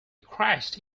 crashed